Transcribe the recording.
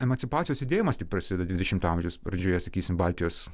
emancipacijos judėjimas tik prasideda dvidešimto amžiaus pradžioje sakysim baltijos